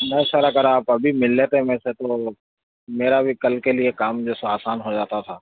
نہیں سر اگر آپ ابھی مل لیتے میرے سے تو میرا بھی کل کے لیے کام جو ہے سو آسان ہو جاتا تھا